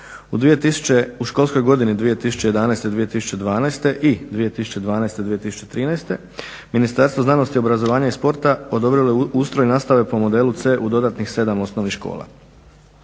U školskoj godini 2011./2012. i 2012./2013. Ministarstvo znanosti, obrazovanja i sporta odobrilo je ustroj nastave po modelu C u dodanih 7 osnovnih škola.